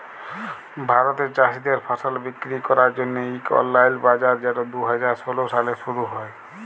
ভারতে চাষীদের ফসল বিক্কিরি ক্যরার জ্যনহে ইক অললাইল বাজার যেট দু হাজার ষোল সালে শুরু হ্যয়